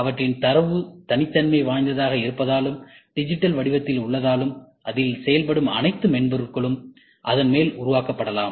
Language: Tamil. அவற்றின் தரவு தனித்தன்மை வாய்ந்ததாக இருப்பதாலும் டிஜிட்டல் வடிவத்தில் உள்ளதாலும் அதில் செயல்படும் அனைத்து மென்பொருட்களும் அதன் மேல் உருவாக்கப்படலாம்